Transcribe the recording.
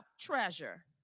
treasure